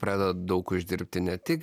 pradeda daug uždirbti ne tik